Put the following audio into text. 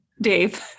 Dave